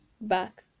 back